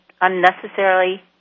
unnecessarily